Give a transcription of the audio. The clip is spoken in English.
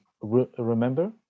remember